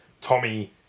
Tommy